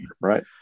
right